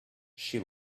she